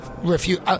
refuse –